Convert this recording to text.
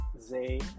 Zay